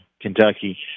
Kentucky